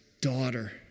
daughter